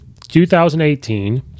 2018